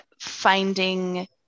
finding